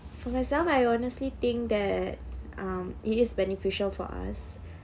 for myself I honestly think that um it is beneficial for us